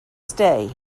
stay